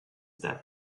that